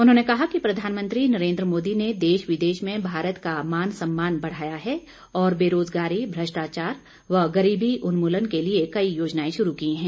उन्होंने कहा कि प्रधानमंत्री नरेंद्र मोदी ने देश विदेश में भारत का मान सम्मान बढ़ाया है और बेरोजगारी भ्रष्टाचार व गरीबी उन्मूलन के लिए कई योजनाए शुरू की हैं